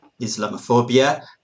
Islamophobia